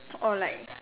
or like